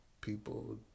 people